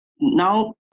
now